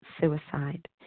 suicide